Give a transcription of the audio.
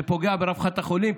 זה פוגע ברווחת החולים,